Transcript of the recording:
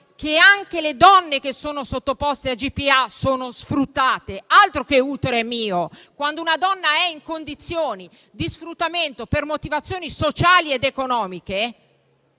che anche le donne che sono sottoposte a gestazione per altri (GPA) sono sfruttate. Altro che «l'utero è mio»! Quando una donna è in condizioni di sfruttamento per motivazioni sociali ed economiche,